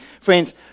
Friends